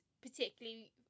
particularly